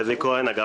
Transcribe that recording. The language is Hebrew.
יש